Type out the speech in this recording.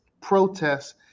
protests